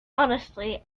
honestly